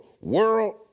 World